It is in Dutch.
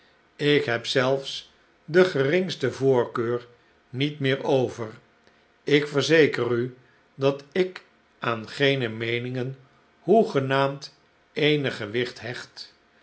ik heb zelfs de geringste voorkeur niet meer over ik verzeker u dat ik aan geene meeningen hoegenaamd eenig gewicht hecht